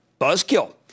Buzzkill